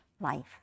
Life